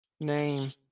name